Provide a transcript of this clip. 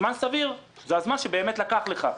זמן סביר זה הזמן שבאמת לקח לך,